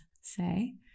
say